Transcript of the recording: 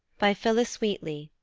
by phillis wheatley,